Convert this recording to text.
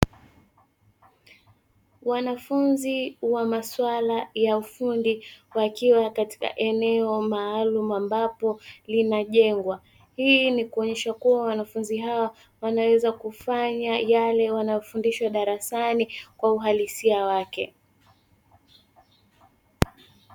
Wanafunzi wa masuala ya ufundi wakiwa katika eneo maalumu ambapo linajengwa. Hii ni kuonyesha kuwa wanafunzi hawa wanaweza kufanya wanayofundishwa darasani kwa uhalisia wake.